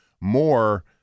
more